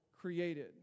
created